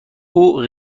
اون